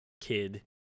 kid